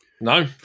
No